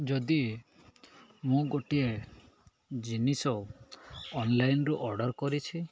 ଯଦି ମୁଁ ଗୋଟିଏ ଜିନିଷ ଅନଲାଇନ୍ରୁ ଅର୍ଡର୍ କରିଛି